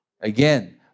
again